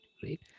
great